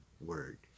word